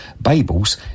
Bibles